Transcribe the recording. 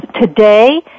today